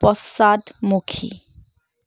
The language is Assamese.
পশ্চাদমুখী